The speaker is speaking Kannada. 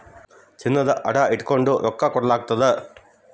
ಚಿನ್ನಾನ ಅಡ ಇಟಗಂಡು ರೊಕ್ಕ ಕೊಡಲಾಗ್ತತೆ